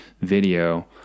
video